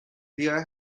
beer